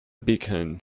beacon